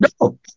No